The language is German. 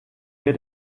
wir